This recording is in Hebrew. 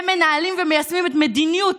הם מנהלים ומיישמים את מדיניות